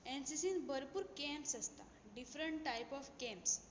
एनसीसीन भरपूर कँप्स आसता different type of camps